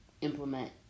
implement